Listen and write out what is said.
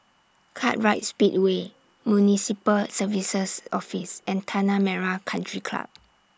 Kartright Speedway Municipal Services Office and Tanah Merah Country Club